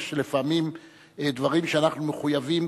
לפעמים דברים שאנחנו מחויבים,